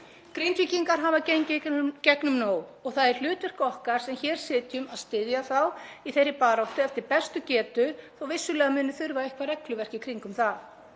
Grindvíkingar hafa gengið í gegnum nóg og það er hlutverk okkar sem hér sitjum að styðja þá í þeirri baráttu eftir bestu getu þó að vissulega muni þurfa eitthvert regluverk í kringum það.